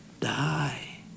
die